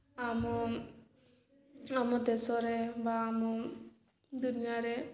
ଆମ ଆମ ଦେଶରେ ବା ଆମ ଦୁନିଆରେ